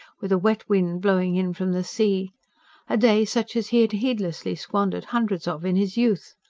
with a wet wind blowing in from the sea a day such as he had heedlessly squandered hundreds of, in his youth.